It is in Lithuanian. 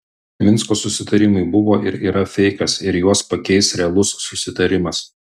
minsko susitarimai buvo ir yra feikas ir juos pakeis realus susitarimas